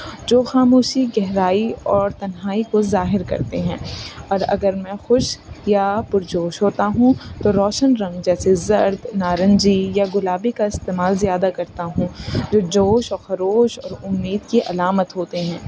جو خاموشی گہرائی اور تنہائی کو ظاہر کرتے ہیں اور اگر میں خوش یا پرجوش ہوتا ہوں تو روشن رنگ جیسے زرد نارنجی یا گلابی کا استعمال زیادہ کرتا ہوں جو جوش و خروش اور امید کی علامت ہوتے ہیں